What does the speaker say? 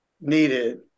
needed